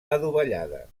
adovellada